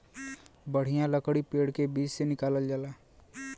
बढ़िया लकड़ी पेड़ के बीच से निकालल जाला